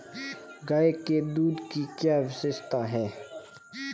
गाय के दूध की क्या विशेषता है?